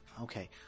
Okay